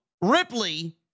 Ripley